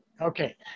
Okay